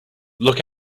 look